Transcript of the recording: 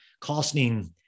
costing